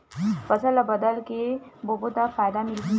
फसल ल बदल के बोबो त फ़ायदा मिलही?